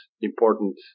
important